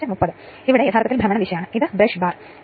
load ഇല്ലാത്ത അവസ്ഥയിൽ input അതാണ്